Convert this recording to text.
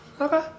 Okay